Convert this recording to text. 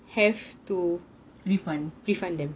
refund